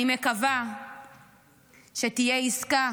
אני מקווה שתהיה עסקה